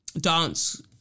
dance